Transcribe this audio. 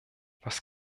was